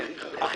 הם הכי חכמים.